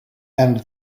and